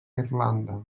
irlanda